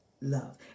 love